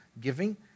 giving